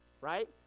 right